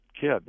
kid